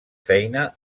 feina